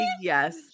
yes